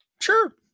Sure